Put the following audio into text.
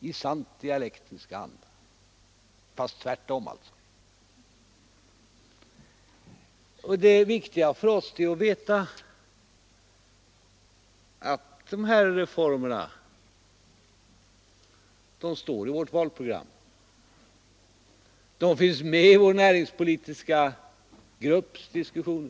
i sant dialektisk anda — fast tvärtom. Det viktiga för oss är att veta att dessa reformer står i vårt valprogram. De finns med i vår näringspolitiska grupps diskussioner.